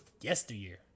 yesteryear